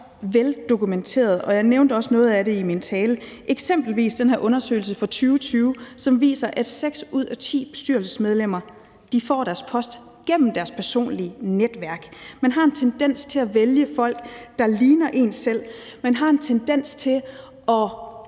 veldokumenteret. Jeg nævnte også noget af det i min tale, eksempelvis den her undersøgelse fra 2020, som viser, at seks ud af ti bestyrelsesmedlemmer får deres post gennem deres personlige netværk. Man har en tendens til at vælge folk, der ligner en selv. Man har en tendens til at